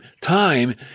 Time